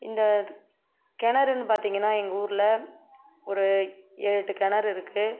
இந்த கிணறுன்னு பார்த்திங்கன்னா எங்கள் ஊரில் ஒரு ஏழு எட்டு கிணறு இருக்குது